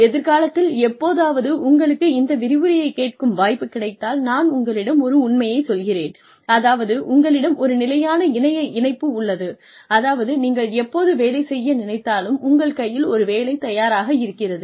எதிர்காலத்தில் எப்போதாவது உங்களுக்கு இந்த விரிவுரையைக் கேட்கும் வாய்ப்பு கிடைத்தால் நான் உங்களிடம் ஒரு உண்மையை சொல்கிறேன் அதாவது உங்களிடம் ஒரு நிலையான இணைய இணைப்பு உள்ளது அதாவது நீங்கள் எப்போது வேலை செய்ய நினைத்தாலும் உங்கள் கையில் ஒரு வேலை தயாராக இருக்கிறது